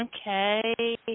okay